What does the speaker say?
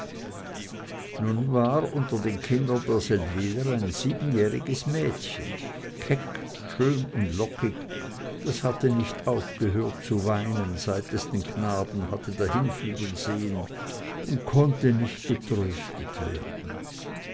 nun war unter den kindern der seldwyler ein siebenjähriges mädchen keck schön und lockig das hatte nicht aufgehört zu weinen seit es den knaben hatte dahinführen sehen und konnte nicht getröstet werden